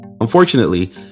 Unfortunately